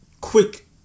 quick